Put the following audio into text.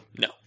No